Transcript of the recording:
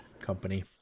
company